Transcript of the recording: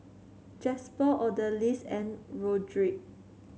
Jasper Odalys and Roderic